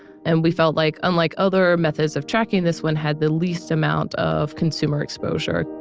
and we felt like, unlike other methods of tracking, this one had the least amount of consumer exposure